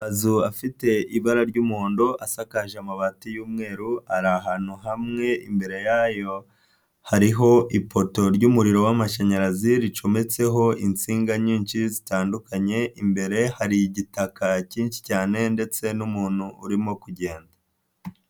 Amazu afite ibara ry'umuhondo asakaje amabati y'umweru, ari ahantu hamwe imbere yayo hariho ipoto ry'umuriro w'amashanyarazi ricometseho insinga nyinshi zitandukanye, imbere hari igitaka kinshi cyane ndetse n'umuntu urimo kugenda.